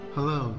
Hello